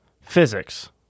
physics